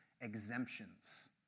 exemptions